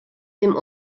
dem